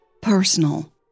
Personal